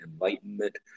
Enlightenment